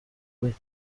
with